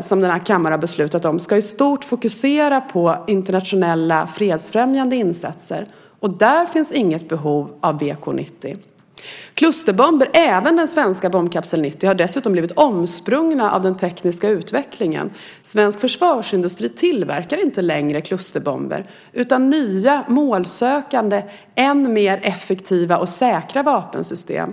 som denna kammare har beslutat om ska i stort fokusera på internationella fredsfrämjande insatser, och där finns inget behov av BK 90. Klusterbomber, även den svenska bombkapsel 90, har dessutom blivit omsprungna av den tekniska utvecklingen. Svensk försvarsindustri tillverkar inte längre klusterbomber utan nya, målsökande och än mer effektiva och säkra vapensystem.